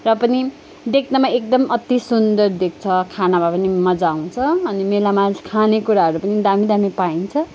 र पनि देख्नमा एकदम अति सुन्दर देख्छ खानमा पनि मज्जा आउँछ अनि मेलामा खानेकुराहरू पनि दामी दामी पाइन्छ